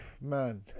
man